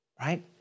right